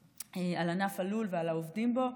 על ענף הלול ועל העובדים בו.